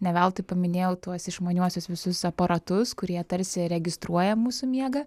ne veltui paminėjau tuos išmaniuosius visus aparatus kurie tarsi registruoja mūsų miegą